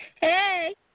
Hey